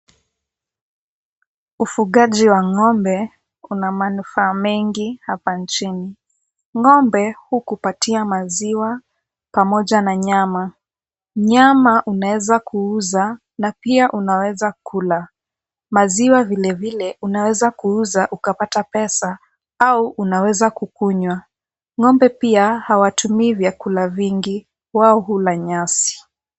Ufugaji wa ng'ombe una manufaa mengi hapa nchini. Ng'ombe hukupatia maziwa pamoja na nyama. Nyama unaweza kuuza na pia unaweza kula. Maziwa vilevile unaweza kuuza ukapata pesa au unaweza kukunywa. Ng'ombe pia hawatumii vyakula vingi, wao hula nyasi.